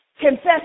confess